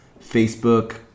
Facebook